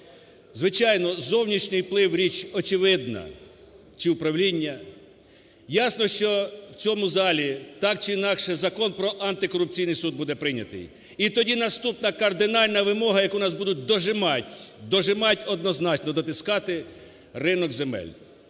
Звичайно, зовнішній вплив – річ очевидна чи управління, ясно, що в цьому залі так чи інакше Закон про антикорупційний суд буде прийнятий. І тоді наступна кардинальна вимога, якою нас будуть дожимать, дожимать, однозначно, дотискати – ринок земель.